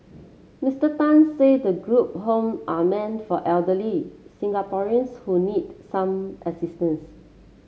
Mister Tan said the group home are meant for elderly Singaporeans who need some assistance